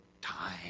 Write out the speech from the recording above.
time